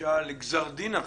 בקשה לגזר דין אחר.